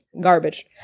garbage